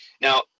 Now